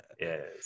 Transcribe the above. Yes